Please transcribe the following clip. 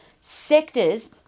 sectors